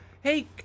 Hey